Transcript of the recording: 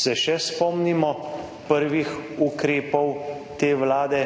Se še spomnimo prvih ukrepov te Vlade,